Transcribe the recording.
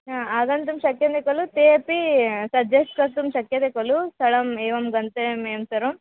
हा आगन्तुं शक्यन्ते खलु ते अपि सज्जेस्ट् कर्तुं शक्यते खलु स्थलम् एवं गन्तव्यमेवं सर्वम्